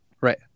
Right